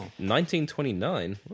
1929